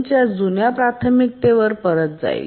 च्या जुन्या प्राथमिकतेवर परत जाईल